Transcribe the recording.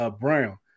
Brown